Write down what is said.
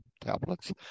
tablets